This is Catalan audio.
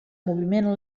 moviment